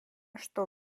что